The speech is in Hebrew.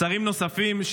שרים נוספים,